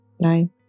Nine